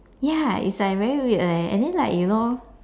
ya is like very weird leh and then like you know